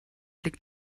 liegt